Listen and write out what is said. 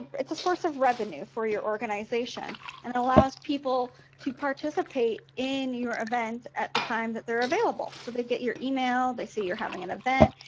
it's a source of revenue for your organization and it allows people to participate in your event at the time that they're available. so they get your email, they see you're having an event,